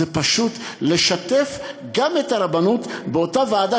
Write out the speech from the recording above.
פשוט לשתף גם את הרבנות באותה ועדה,